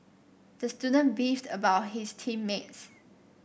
the student beefed about his team mates